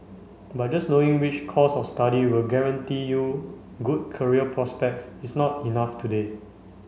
but just knowing which course of study will guarantee you good career prospects is not enough today